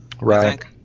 Right